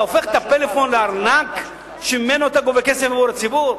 אתה הופך את הפלאפון לארנק שממנו אתה גובה כסף מהציבור?